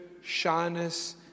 shyness